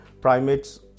primates